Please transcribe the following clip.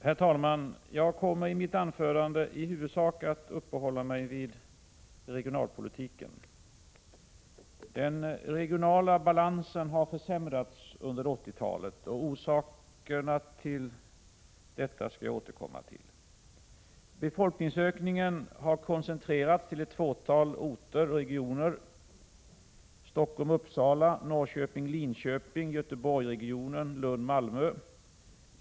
Herr talman! Jag kommer i mitt anförande att i huvudsak uppehålla mig vid regionalpolitiken. Den regionala balansen har försämrats under 1980 talet. Orsakerna till detta skall jag återkomma till. Befolkningsökningen har koncentrerats till ett fåtal orter eller regioner: Stockholm—Uppsala, Norrköping— Linköping, Göteborg, Lund—-Malmö.